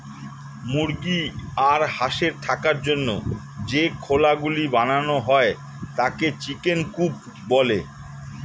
মুরগি আর হাঁসের থাকার জন্য যে খোলা গুলো বানানো হয় তাকে চিকেন কূপ বলে